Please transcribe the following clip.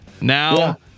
Now